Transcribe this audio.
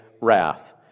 wrath